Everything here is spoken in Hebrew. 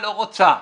רוצה.